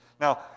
Now